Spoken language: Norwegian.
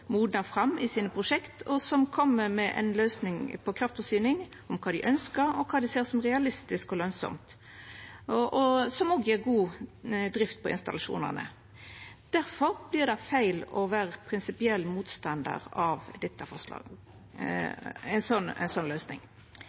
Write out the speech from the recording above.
fram prosjekta sine, og som kjem med ei løysing på kraftforsyning om kva dei ønskjer, kva dei ser som realistisk og lønsamt – og som òg gjev god drift på installasjonane. Difor vert det feil å vera prinsipiell motstandar av